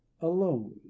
alone